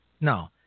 No